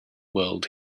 world